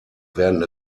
werden